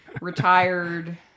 retired